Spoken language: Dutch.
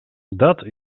dat